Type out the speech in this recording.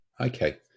Okay